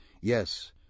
yes